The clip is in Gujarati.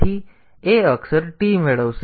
તેથી a અક્ષર t મેળવશે અને રોકવા માટે 0 પર કૂદી જશે